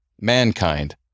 mankind